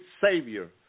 Savior